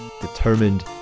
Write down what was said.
determined